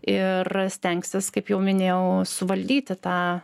ir stengsis kaip jau minėjau suvaldyti tą